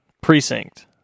precinct